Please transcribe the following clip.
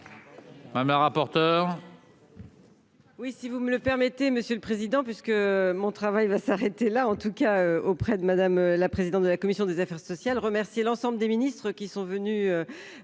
Mais rapporteur. Oui, si vous me le permettez, monsieur le président, puisque mon travail va s'arrêter là, en tout cas auprès de madame la présidente de la commission des affaires sociales, remercier l'ensemble des ministres qui sont venus